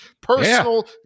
personal